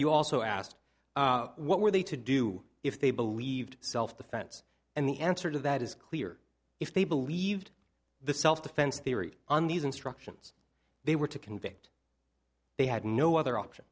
you also asked what were they to do if they believed self defense and the answer to that is clear if they believed the self defense theory and these instructions they were to convict they had no other option